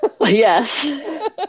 yes